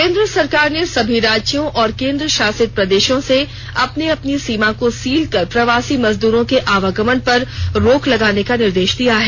केंद्र सरकार ने सभी राज्यों और केंद्र शासित प्रदेषों से अपनी अपनी सीमा को सील कर प्रवासी मजदूरों के आवागमन पर रोक लगाने का निर्देष दिया है